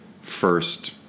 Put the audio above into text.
first